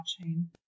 watching